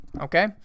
Okay